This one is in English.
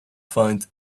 find